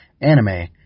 anime